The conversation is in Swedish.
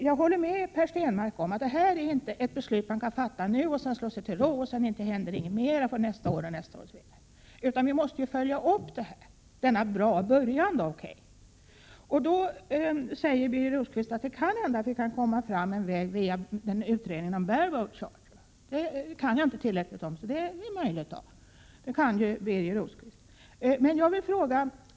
Jag håller med Per Stenmarck om att man inte kan slå sig till ro när man har fattat det här beslutet och underlåta att göra någonting mer förrän nästa år, utan vi måste följa upp denna goda början. Birger Rosqvist säger att det kan hända att utredningen om bare-boat charter kan anvisa en framkomlig väg — det kan jag inte tillräckligt om, så det vet jag inte, men det kan ju Birger Rosqvist.